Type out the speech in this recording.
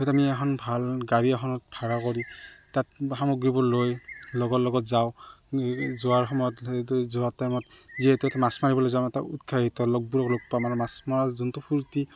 হয় আমি এখন ভাল গাড়ী এখনত ভাড়া কৰি তাত সামগ্ৰীবোৰ লৈ লগৰ লগত যাওঁ যোৱাৰ সময়ত সেই যোৱা টাইমত যিহেতু মাছ মাৰিবলৈ যাওঁ এটা উৎসাহিত লগবোৰক লগ পাওঁ আমাৰ মাছ মৰা যোনটো ফূৰ্তি